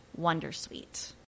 Wondersuite